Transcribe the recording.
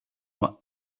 nur